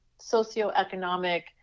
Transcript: socioeconomic